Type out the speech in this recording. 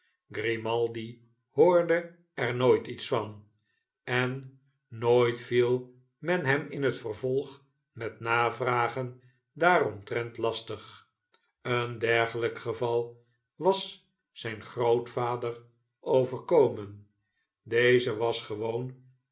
grimaldi hoorde er nooit iets van en nooit viel men hem in het vervolg met navragen daaromtrent lastig ben dergelijk geval was zijn grootvader overkomen deze was gewoon